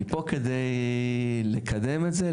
אני פה כדי לקדם את זה,